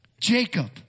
jacob